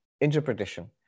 interpretation